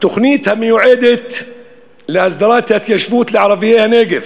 תוכנית המיועדת להסדרת ההתיישבות לערביי הנגב,